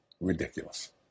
ridiculous